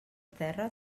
terra